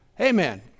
Amen